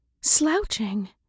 slouching